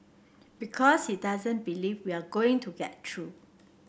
because he doesn't believe we are going to get through